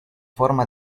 forma